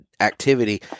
activity